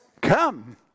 come